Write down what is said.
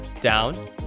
down